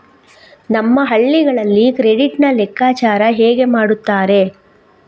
ನಮ್ಮ ಹಳ್ಳಿಗಳಲ್ಲಿ ಕ್ರೆಡಿಟ್ ನ ಲೆಕ್ಕಾಚಾರ ಹೇಗೆ ಮಾಡುತ್ತಾರೆ?